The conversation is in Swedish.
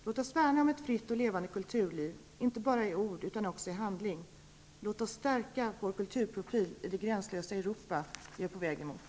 Låt oss värna om ett fritt och levande kulturliv, inte bara i ord utan också i handling. Låt oss stärka vår kulturprofil i det gränslösa Europa som vi är på väg mot.